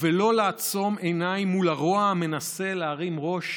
ולא לעצום עיניים מול הרוע המנסה להרים ראש